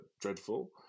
dreadful